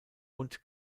und